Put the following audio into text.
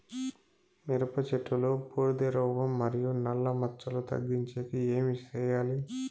మిరప చెట్టులో బూడిద రోగం మరియు నల్ల మచ్చలు తగ్గించేకి ఏమి చేయాలి?